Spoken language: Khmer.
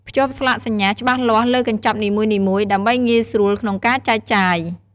ភ្ជាប់ស្លាកសញ្ញាច្បាស់លាស់លើកញ្ចប់នីមួយៗ ដើម្បីងាយស្រួលក្នុងការចែកចាយ។